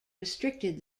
restricted